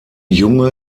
junge